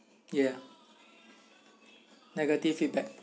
ya negative feedback